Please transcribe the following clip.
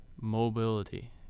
mobility